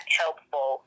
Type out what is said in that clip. helpful